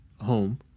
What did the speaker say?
home